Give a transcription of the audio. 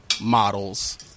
models